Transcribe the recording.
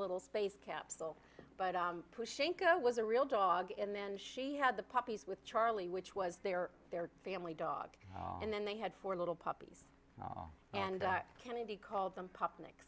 little space capsule but pushing crow was a real dog and then she had the puppies with charlie which was their their family dog and then they had four little puppies and kennedy called them papa mix